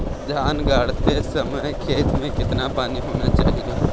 धान गाड़ते समय खेत में कितना पानी होना चाहिए?